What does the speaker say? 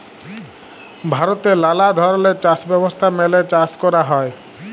ভারতে লালা ধরলের চাষ ব্যবস্থা মেলে চাষ ক্যরা হ্যয়